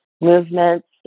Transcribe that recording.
movements